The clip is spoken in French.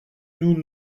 nous